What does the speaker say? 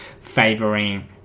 favoring